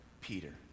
Peter